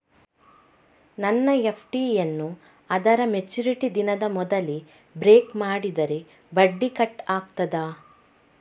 ನನ್ನ ಎಫ್.ಡಿ ಯನ್ನೂ ಅದರ ಮೆಚುರಿಟಿ ದಿನದ ಮೊದಲೇ ಬ್ರೇಕ್ ಮಾಡಿದರೆ ಬಡ್ಡಿ ಕಟ್ ಆಗ್ತದಾ?